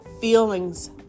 feelings